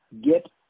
get